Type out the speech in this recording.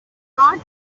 not